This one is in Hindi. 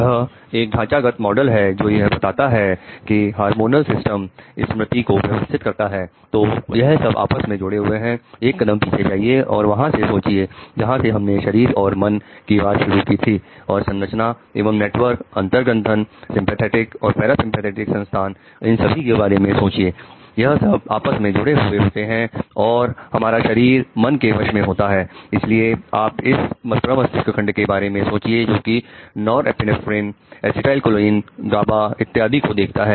यह एक ढांचागत मॉडल है जो यह बताता है कि हार्मोनल सिस्टम इत्यादि को देखता है